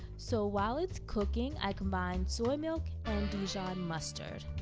so while it's cooking, i combined soy milk and dijon mustard.